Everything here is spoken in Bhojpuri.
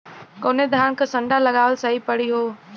कवने धान क संन्डा लगावल सही परी हो?